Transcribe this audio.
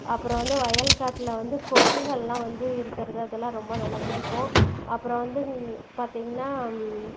அப்புறம் வந்து வயல் காட்டில் வந்து கொக்குகள்லாம் வந்து இருக்கிறது அதெல்லாம் ரொம்ப நல்லா பிடிக்கும் அப்புறம் வந்து பார்த்திங்கனா